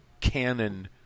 canon